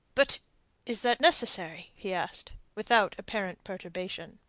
but is that necessary? he asked, without apparent perturbation.